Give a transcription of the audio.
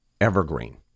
evergreen